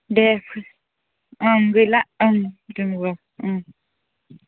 दे ओं गैला ओं